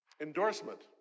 endorsement